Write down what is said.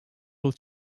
will